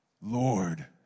Lord